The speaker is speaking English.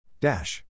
Dash